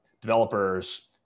developers